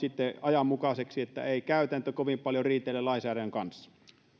ajanmukaisiksi että ei käytäntö kovin paljon riitele lainsäädännön kanssa